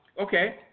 okay